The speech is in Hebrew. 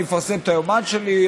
אני מפרסם את היומן שלי,